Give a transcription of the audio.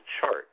chart